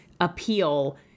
appeal